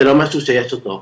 זה לא משהו שיש אותו.